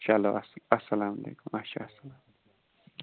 چلو اَصٕل اَسلامُ علیکُم اچھا اَسلا